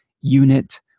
unit